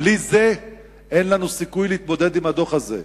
בלי זה אין לנו סיכוי להתמודד עם הדוח הזה.